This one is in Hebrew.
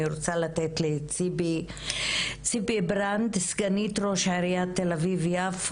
אני רוצה לתת את זכות הדיבור לציפי ברנד סגנית ראש עיריית תל אביב-יפו.